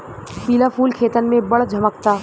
पिला फूल खेतन में बड़ झम्कता